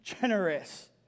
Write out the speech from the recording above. generous